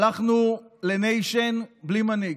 הלכנו לניישן בלי מנהיג.